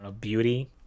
beauty